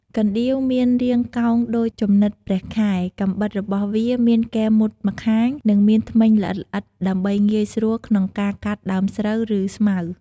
កណ្ដៀវមានរាងកោងដូចជំនិតព្រះខែ កាំបិតរបស់វាមានគែមមុតម្ខាង និងមានធ្មេញល្អិតៗ ដើម្បីងាយស្រួលក្នុងការកាត់ដើមស្រូវ ឬស្មៅ។